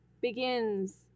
begins